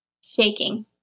shaking